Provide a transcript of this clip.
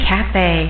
Cafe